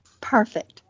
Perfect